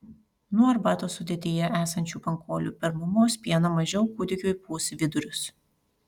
nuo arbatos sudėtyje esančių pankolių per mamos pieną mažiau kūdikiui pūs vidurius